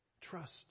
trust